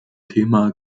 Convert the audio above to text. thema